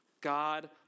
God